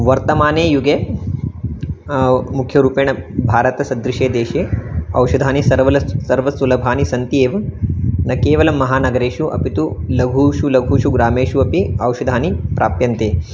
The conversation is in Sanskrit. वर्तमाने युगे मुख्यरूपेण भारतसदृशे देशे औषधानि सर्व ल सर्व सुलभानि सन्ति एव न केवलं महानगरेषु अपि तु लघुषु लघुषु ग्रामेषु अपि औषधानि प्राप्यन्ते